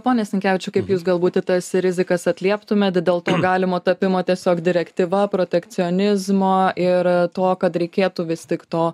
pone sinkevičiau kaip jūs galbūt į tas rizikas atlieptumėt dėl galimo tapimo tiesiog direktyva protekcionizmo ir to kad reikėtų vis tik to